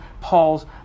Paul's